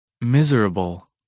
Miserable